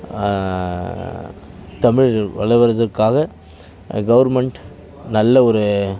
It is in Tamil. தமிழ் வளர்வதற்காக கவர்மெண்ட் நல்ல ஒரு